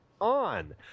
on